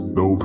no